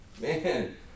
Man